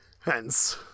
hence